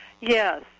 Yes